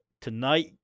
tonight